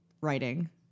writing